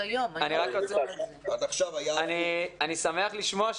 אני שמח לשמוע.